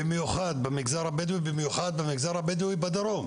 במיוחד במגזר הבדואי ובמיוחד במגזר הבדואי בדרום,